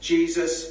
Jesus